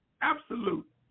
absolute